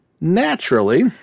Naturally